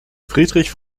friedrich